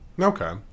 Okay